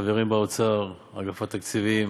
החברים באוצר, אגף התקציבים,